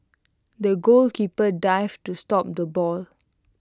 the goalkeeper dived to stop the ball